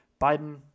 Biden